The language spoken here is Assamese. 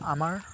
আমাৰ